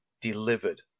delivered